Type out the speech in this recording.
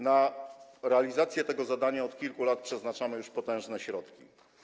Na realizację tego zadania już od kilku lat przeznaczamy potężne środki.